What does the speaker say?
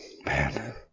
Man